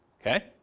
Okay